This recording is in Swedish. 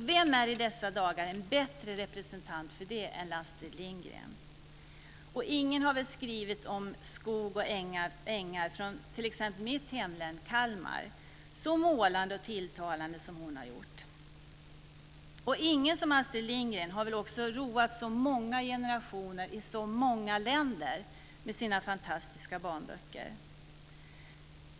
Vem är i dessa dagar en bättre representant för det än Astrid Lindgren? Ingen har väl skrivit om skog och ängar i t.ex. mitt hemlän Kalmar så målande och tilltalande som hon har gjort. Ingen som Astrid Lindgren har väl roat så många generationer i så många länder med sina fantastiska barnböcker.